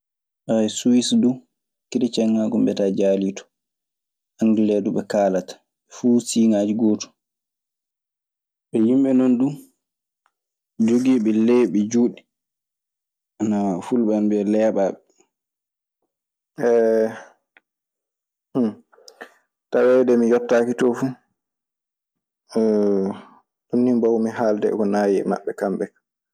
Siwiis duu kerecieŋaagu mbiyataa jaalii ton. Angele duu ɓe kaalata. Fuu siiŋaaji gootun. Ɓe yimɓe non duu jogiiɓe leeɓi juutɗi, fulɓe ana mbiya leeɓaaɓe. taweede mi yottaaki ton fu, ɗum ni bawmi halde e ko naayi e maɓɓe, kamɓe ka.